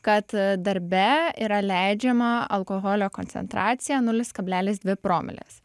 kad darbe yra leidžiama alkoholio koncentracija nulis kablelis dvi promilės